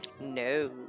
No